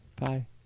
Bye